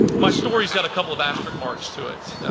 my story's got a couple of asterisk marks to it.